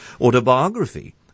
autobiography